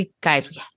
guys